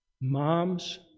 Moms